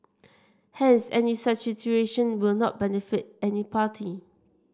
hence any such situation will not benefit any party